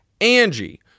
Angie